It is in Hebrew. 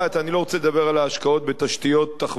אני לא רוצה לדבר על ההשקעות בתשתיות תחבורה,